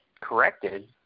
corrected